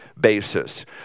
basis